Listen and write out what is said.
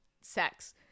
sex